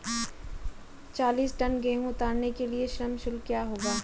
चालीस टन गेहूँ उतारने के लिए श्रम शुल्क क्या होगा?